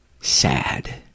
sad